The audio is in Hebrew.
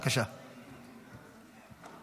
להפסיק את